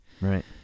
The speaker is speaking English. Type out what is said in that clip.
Right